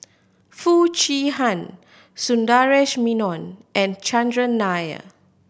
Foo Chee Han Sundaresh Menon and Chandran Nair